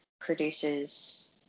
produces